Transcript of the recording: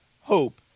hope